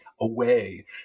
away